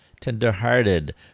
tenderhearted